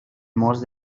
most